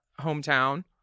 hometown